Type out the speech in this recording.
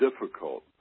difficult